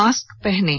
mask पहनें